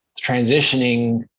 transitioning